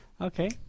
Okay